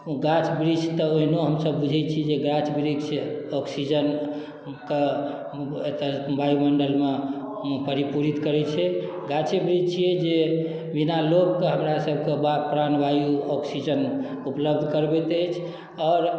तऽ गाछ वृक्ष तऽ ओहिनो हमसब बुझै छी जे गाछ वृक्ष ऑक्सिजनक एतऽ वायुमंडल मे परिपूरित करय छै गाछे वृक्ष छियै जे बिना लोभ के हमरा सबके प्राणवायु ऑक्सिजन उपलब्ध करबैत अछि आओर